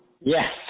Yes